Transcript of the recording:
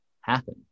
happen